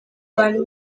abantu